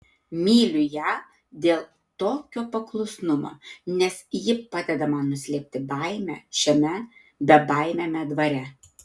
myliu ją dėl tokio paklusnumo nes ji padeda man nuslėpti baimę šiame bebaimiame dvare